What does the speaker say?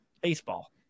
baseball